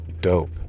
dope